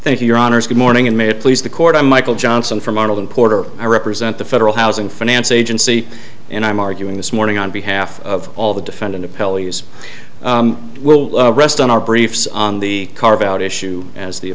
thank you your honors good morning and may it please the court i'm michael johnson from arnold and porter i represent the federal housing finance agency and i'm arguing this morning on behalf of all the defendant appellee use will rest on our briefs on the carve out issue as the